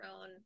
own